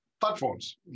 platforms